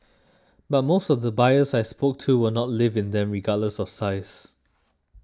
but most of the buyers I spoke to will not live in them regardless of size